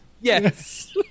Yes